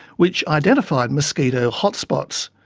which identified mosquito hot-spots.